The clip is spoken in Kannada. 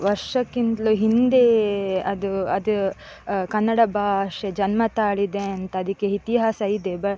ವರ್ಷಕಿಂತಲು ಹಿಂದೆ ಅದು ಅದು ಕನ್ನಡ ಭಾಷೆ ಜನ್ಮ ತಾಳಿದೆ ಅಂತ ಅದಕ್ಕೆ ಇತಿಹಾಸ ಇದೆ ಬ